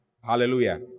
Hallelujah